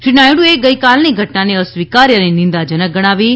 શ્રી નાયડુએ ગઈકાલની ઘટનાને અસ્વીકાર્ય અને નિંદાજનક ગણાવી હતી